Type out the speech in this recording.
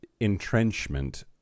entrenchment